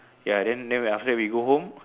ya then then we after that we go home